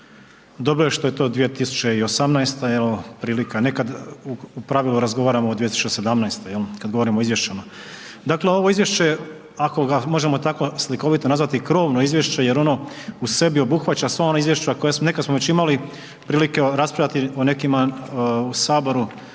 Dobro je što je to 2018. evo prilika nekad u pravilu razgovaramo o 2017. jel, kad govorimo o izvješćima. Dakle, ovo izvješće je ako ga možemo tako slikovito nazvati krovno izvješće jer ono u sebi obuhvaća sva ona izvješća koja smo, nekad smo već imali prilike raspravljati o nekima u saboru,